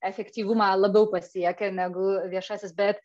efektyvumą labiau pasiekia negu viešasis bet